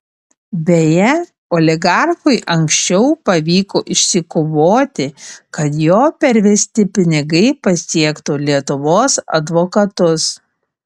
beje oligarchui anksčiau pavyko išsikovoti kad jo pervesti pinigai pasiektų lietuvos advokatus